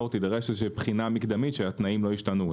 תידרש בחינה מקדמית שהתנאים לא השתנו,